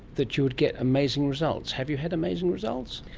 that you would get amazing results. have you had amazing results?